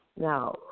Now